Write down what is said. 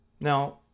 Now